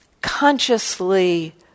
consciously